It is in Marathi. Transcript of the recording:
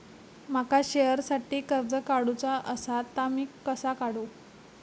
माका शेअरसाठी कर्ज काढूचा असा ता मी कसा काढू?